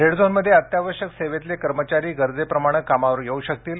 रेडझोनमध्ये अत्यावश्यक सेवेतले कर्मचारी गरजेप्रमाणे कामावर येऊ शकतील